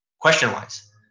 question-wise